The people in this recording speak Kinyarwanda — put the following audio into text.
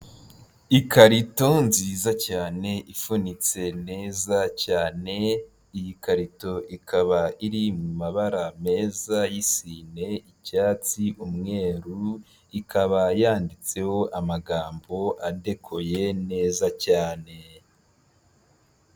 Ikarito nziza cyane ifunitse neza cyane iyi karito ikaba iri mu mabara meza y'isine icyatsi umweru ikaba yanditseho amagambo andekoye neza cyane.